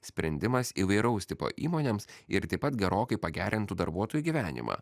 sprendimas įvairaus tipo įmonėms ir taip pat gerokai pagerintų darbuotojų gyvenimą